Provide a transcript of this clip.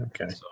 Okay